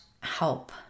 help